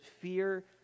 fear